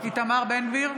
(קוראת בשמות חברי הכנסת) איתמר בן גביר,